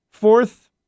Fourth